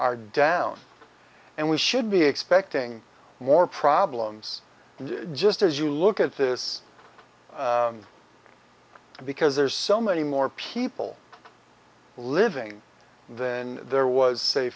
are down and we should be expecting more problems just as you look at this because there's so many more people living in there was sa